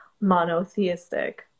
monotheistic